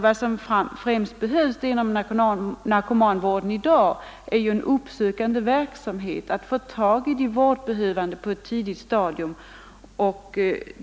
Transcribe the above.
Vad som främst behövs inom narkomanvården i dag är ju en uppsökande verksamhet, där man får tag i de vårdbehövande på ett tidigt stadium.